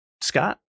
Scott